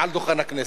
מעל דוכן הכנסת.